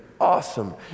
awesome